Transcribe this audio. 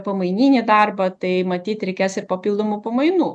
pamaininį darbą tai matyt reikės ir papildomų pamainų